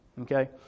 Okay